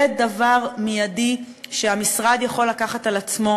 זה דבר מיידי שהמשרד יכול לקחת על עצמו.